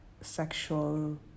sexual